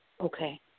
Okay